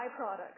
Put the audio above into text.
byproducts